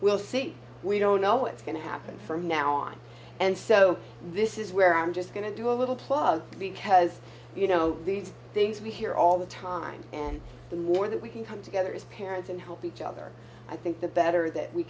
we'll see we don't know what's going to happen from now on and so this is where i'm just going to do a little plug because you know these things we hear all the time and the more that we can come together as parents and help each other i think the better that we